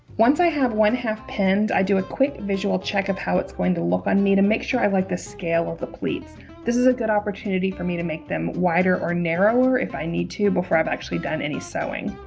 once i have one half pinned i do a quick visual check of how it's going to look on me to make sure i like the scale of the pleats this is a good opportunity for me to make them wider or narrower if i need to before i've actually done any sewing